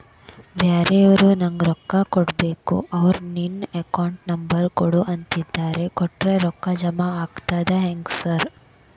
ಬ್ಯಾರೆವರು ನಂಗ್ ರೊಕ್ಕಾ ಕೊಡ್ಬೇಕು ಅವ್ರು ನಿನ್ ಅಕೌಂಟ್ ನಂಬರ್ ಕೊಡು ಅಂತಿದ್ದಾರ ಕೊಟ್ರೆ ರೊಕ್ಕ ಜಮಾ ಆಗ್ತದಾ ಹೆಂಗ್ ಸಾರ್?